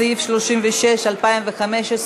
להגדלת התקציב, סעיף 36 לשנת 2015,